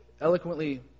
eloquently